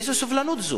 איזו סובלנות זו?